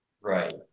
Right